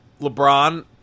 LeBron